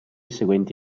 seguenti